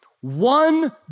one